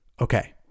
Okay